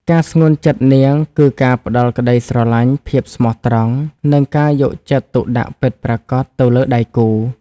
ការស្ងួនចិត្តនាងគឺជាការផ្តល់ក្តីស្រឡាញ់ ភាពស្មោះត្រង់ និងការយកចិត្តទុកដាក់ពិតប្រាកដទៅលើដៃគូ។